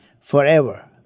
forever